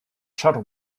shuttle